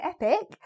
epic